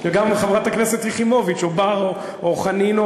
גם חברת הכנסת יחימוביץ, או בר, או חנין.